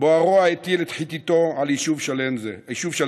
שבו הרוע הטיל את חיתתו על יישוב שלו זה.